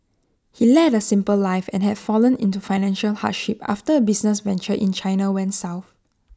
he led A simple life and had fallen into financial hardship after A business venture in China went south